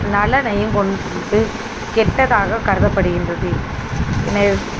நலனையும் கொண்டு கெட்டதாக கருதப்படுகின்றது என